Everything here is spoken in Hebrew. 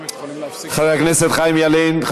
הוא משתמש בזה כמו, חבר הכנסת חיים ילין.